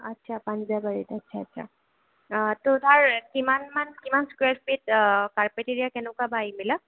আচ্ছা পাঞ্জাবাৰীত আচ্ছা আচ্ছা ত' তাৰ কিমানমান কিমান স্কুৱেৰ ফিট কাৰ্পেট এৰিয়া কেনেকুৱা বা এইবিলাক